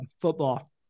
football